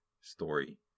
story